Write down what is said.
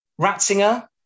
Ratzinger